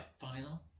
Final